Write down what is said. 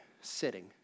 sitting